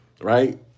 right